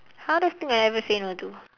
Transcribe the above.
hardest thing I ever say no to